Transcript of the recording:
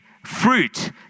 Fruit